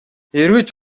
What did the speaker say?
эргэж